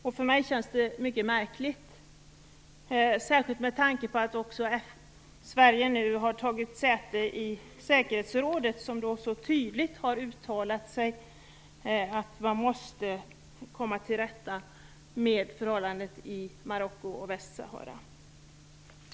Jag tycker att det är mycket märkligt, särskilt med tanke på att Sverige nu har tagit säte i säkerhetsrådet, som så tydligt har uttalat att man måste komma till rätta med förhållandet i Marocko och i Västsahara.